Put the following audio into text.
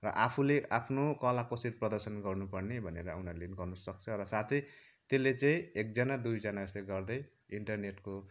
र आफुले आफ्नो कला कसरी प्रदर्शन गर्नुपर्ने भनेर उनीहरूले नि गर्न सक्छ र साथै त्यसले चाहिँ एकजाना दुईजना जस्तो गर्दै इन्टरनेटको